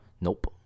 Nope